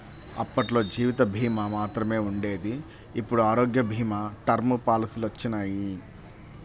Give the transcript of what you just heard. అప్పట్లో జీవిత భీమా మాత్రమే ఉండేది ఇప్పుడు ఆరోగ్య భీమా, టర్మ్ పాలసీలొచ్చినియ్యి